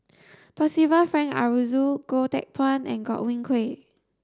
Percival Frank Aroozoo Goh Teck Phuan and Godwin Koay